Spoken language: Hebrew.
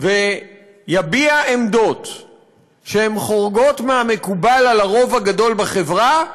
ויביע עמדות שחורגות מהמקובל על הרוב הגדול בחברה,